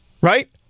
right